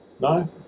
No